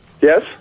Yes